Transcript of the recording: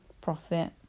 profit